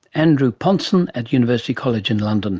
andrew pontzen at university college in london